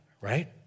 right